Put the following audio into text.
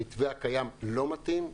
המתווה הקיים לא מתאים.